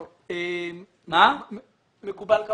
כמובן מקובל.